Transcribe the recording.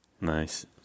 nice